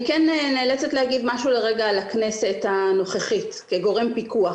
אני כן נאלצת לומר משהו על הכנסת הנוכחית כגורם פיקוח.